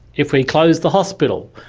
if we close the hospital.